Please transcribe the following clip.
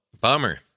bummer